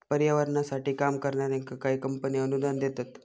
पर्यावरणासाठी काम करणाऱ्यांका काही कंपने अनुदान देतत